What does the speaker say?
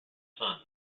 son